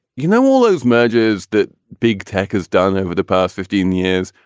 you know, all those mergers that big tech has done over the past fifteen years,